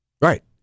right